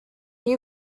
you